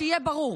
שיהיה ברור.